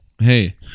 hey